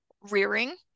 rearing